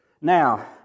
Now